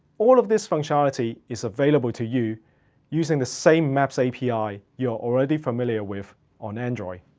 all of this functionality is available to you using the same maps api you're already familiar with on android,